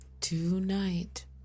Tonight